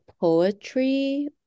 poetry